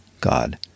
God